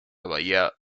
bahía